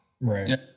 Right